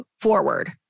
forward